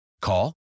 Call